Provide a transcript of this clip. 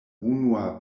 unua